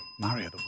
Mario